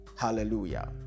Hallelujah